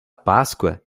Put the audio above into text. páscoa